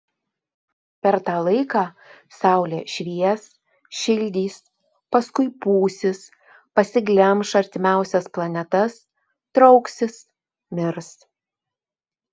per tą laiką saulė švies šildys paskui pūsis pasiglemš artimiausias planetas trauksis mirs